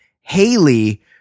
Haley